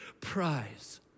prize